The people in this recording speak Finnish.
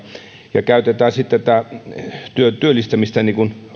ja käytetään työllistämistä